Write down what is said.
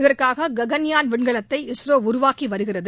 இதற்காக ககன்யான் விண்கலத்தை இஸ்ரோ உருவாக்கி வருகிறது